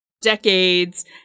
decades